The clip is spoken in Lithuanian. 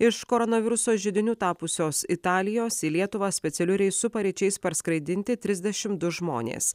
iš koronaviruso židiniu tapusios italijos į lietuvą specialiu reisu paryčiais parskraidinti trisdešimt du žmonės